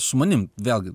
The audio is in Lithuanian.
su manim vėlgi